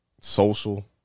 social